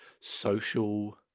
social